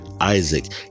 Isaac